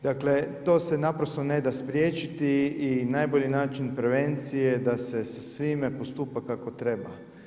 Dakle, to se naprosto neda spriječiti i najbolji način prevencije da se s svime postupa kako treba.